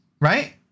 right